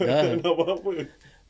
dah ah